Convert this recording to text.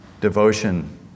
devotion